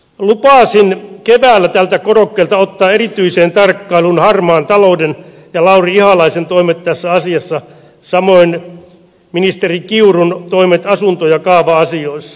lupasin keväällä tältä korokkeelta ottaa erityiseen tarkkailuun harmaan talouden ja lauri ihalaisen toimet tässä asiassa samoin ministeri kiurun toimet asunto ja kaava asioissa